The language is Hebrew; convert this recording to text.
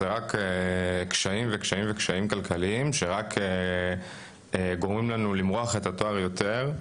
זה רק עוד ועוד קשיים כלכליים שרק גורמים לנו למרוח את התואר יותר,